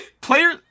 Player-